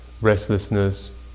restlessness